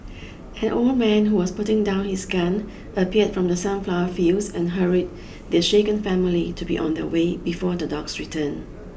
an old man who was putting down his gun appeared from the sunflower fields and hurried the shaken family to be on their way before the dogs return